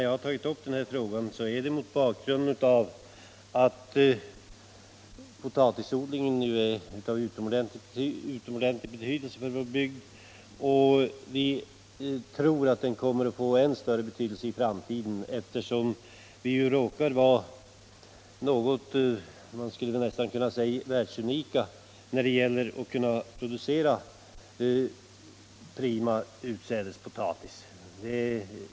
Jag har tagit upp frågan mot bakgrund av att potatisodlingen har utomordentligt stor betydelse för vår bygd, och vi tror att den kommer att få ännu större betydelse i framtiden, eftersom vi råkar vara, man skulle nästan kunna säga ”världsunika” när det gäller att kunna producera prima utsädespotatis.